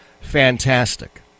fantastic